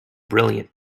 brilliant